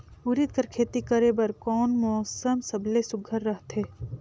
उरीद कर खेती करे बर कोन मौसम सबले सुघ्घर रहथे?